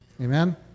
Amen